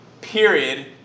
Period